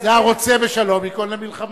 זה הרוצה בשלום ייכון למלחמה.